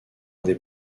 des